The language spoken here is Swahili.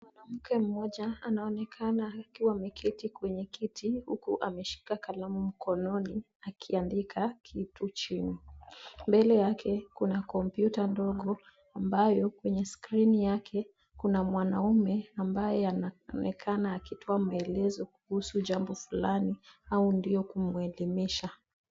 Mwanamke mmoja anaonekana akiwa ameketi kwenye kiti, huku ameshika kalamu mkononi akiandika kitu chini. Mbele yake kuna kompyuta ndogo, ambayo kwenye skirini yake kuna mwanaume ambaye anaonekana akitoa maelezo kuhusu jambo fulani au ndio kumuelimisha.